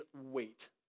weight